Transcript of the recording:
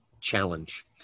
challenge